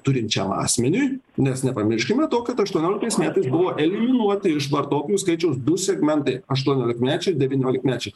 turinčiam asmeniui nes nepamirškime to kad aštuonioliktais metais buvo eliminuoti iš vartoklių skaičiaus du segmentai aštuoniolikmečiai devyniolikmečiai